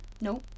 No